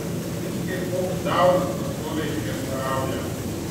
jis kaip koks daunas pastoviai prieštarauja